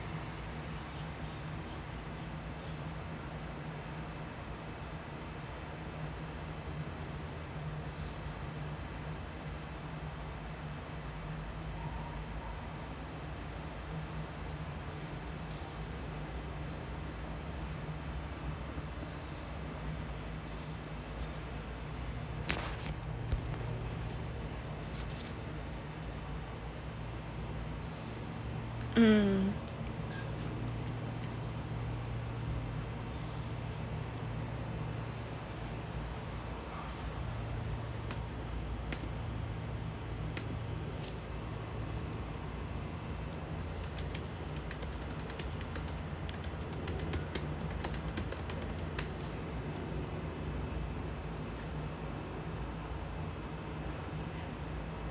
um